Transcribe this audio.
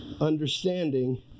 understanding